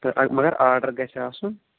تہٕ مگر آرڈر گژھِ آسُن